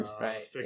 right